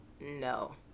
No